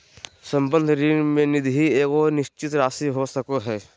संबंध ऋण में निधि के एगो निश्चित राशि हो सको हइ